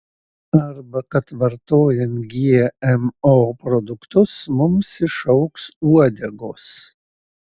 arba kad vartojant gmo produktus mums išaugs uodegos